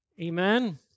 Amen